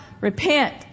repent